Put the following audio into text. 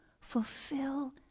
fulfill